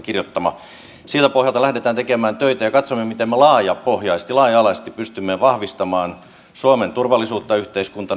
siltä pohjalta lähdetään tekemään töitä ja katsomme miten me laajapohjaisesti laaja alaisesti pystymme vahvistamaan suomen turvallisuutta yhteiskuntana